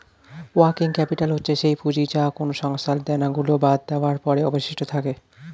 working capital হচ্ছে সেই পুঁজি যা কোনো সংস্থার দেনা গুলো বাদ দেওয়ার পরে অবশিষ্ট থাকে